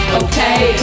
okay